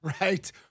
Right